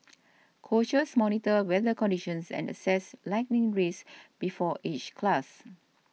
coaches monitor weather conditions and assess lightning risks before each class